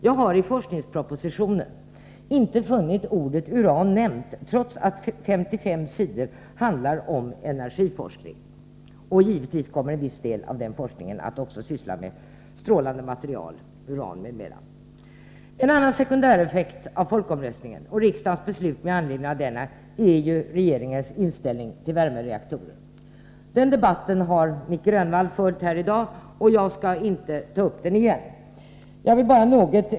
Jag har i forskningspropositionen inte kunnat finna ordet ”uran” nämnt, trots att 55 sidor handlar om energiforskning, där givetvis en viss del av denna forskning kommer att syssla med strålande material, såsom uran. En annan sekundäreffekt av folkomröstningen och riksdagens beslut med anledning av denna är regeringens inställning till värmereaktorer. Den debatten har Nic Grönvall fört här i dag, och jag skall inte ta upp den igen.